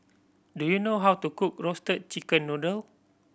do you know how to cook Roasted Chicken Noodle